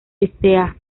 sta